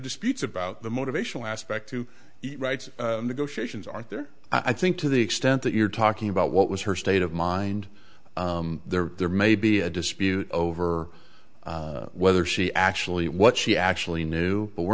disputes about the motivational aspect to eat right negotiations aren't there i think to the extent that you're talking about what was her state of mind there may be a dispute over whether she actually what she actually knew but we're